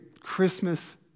Christmas